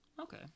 okay